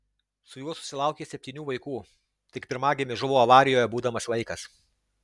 su juo susilaukė septynių vaikų tik pirmagimis žuvo avarijoje būdamas vaikas